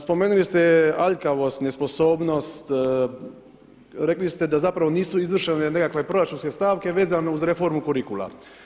Spomenuli ste aljkavost, nesposobnost, rekli ste da zapravo nisu izvršene nekakve proračunske stavke vezano uz reformu kurikula.